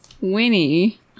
Winnie